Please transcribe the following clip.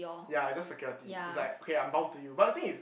ya is just security is like okay I'm bound to you but the thing is